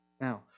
Now